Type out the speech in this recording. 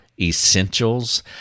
essentials